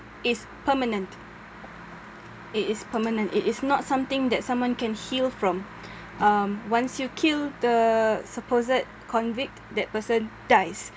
is permanent it is permanent it is not something that someone can heal from um once you kill the supposed convict that person dies